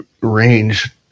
range